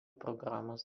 programos